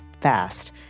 fast